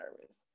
nervous